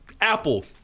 Apple